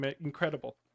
incredible